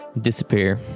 disappear